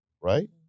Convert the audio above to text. Right